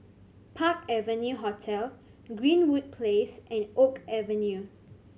Park Avenue Hotel Greenwood Place and Oak Avenue